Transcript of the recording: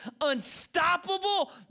unstoppable